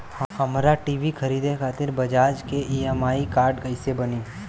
हमरा टी.वी खरीदे खातिर बज़ाज़ के ई.एम.आई कार्ड कईसे बनी?